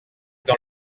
dans